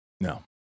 No